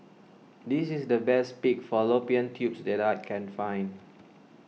this is the best Pig Fallopian Tubes that I can find